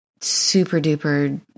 super-duper